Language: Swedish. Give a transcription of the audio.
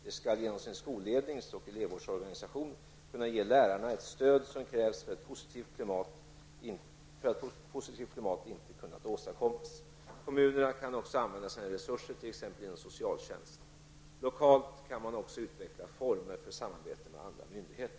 De skall genom sin skollednings och elevvårdsorganisation kunna ge lärarna det stöd som krävs när ett positivt klimat inte kunnat åstadkommas. Kommunerna kan också använda sina resurser t.ex. inom socialtjänsten. Lokalt kan man också utveckla former för samarbete med andra myndigheter.